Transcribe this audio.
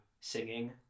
singing